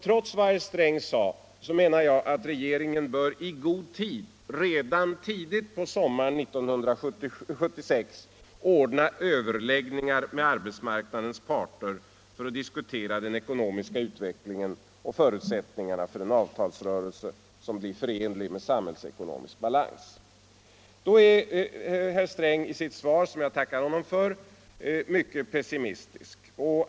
Trots vad herr Sträng sade menar jag att regeringen i god tid — redan tidigt på sommaren 1976 — bör ordna överläggningar med arbetsmarknadens parter för att diskutera den ekonomiska utvecklingen och förutsättningarna för en avtalsrörelse som blir förenlig med samhällsekonomisk balans. Här är herr Sträng i sitt svar, som jag tackar honom för, mycket pessimistisk.